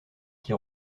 qui